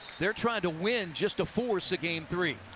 they're trying to win just a force at game three.